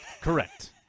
Correct